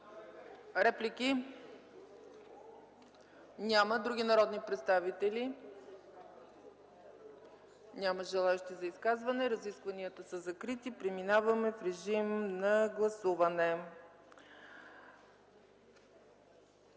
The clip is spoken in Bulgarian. Реплики? Няма. Други народни представители? Няма желаещи за изказвания. Разискванията са закрити. Преминаваме към режим на гласуване.